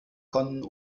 konnten